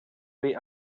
way